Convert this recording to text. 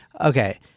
Okay